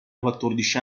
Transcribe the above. quattordici